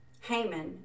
Haman